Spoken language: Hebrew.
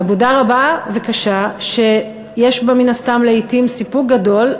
עבודה רבה וקשה שיש בה מן הסתם לעתים סיפוק גדול,